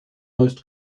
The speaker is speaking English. most